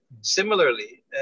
Similarly